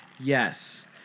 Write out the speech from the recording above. Yes